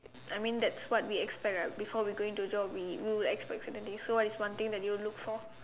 I mean that's what we expect right before we go into a job we will expect certain things so what is one thing that you will look for